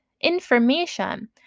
information